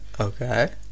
Okay